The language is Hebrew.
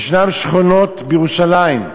יש שכונות בירושלים,